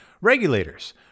regulators